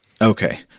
Okay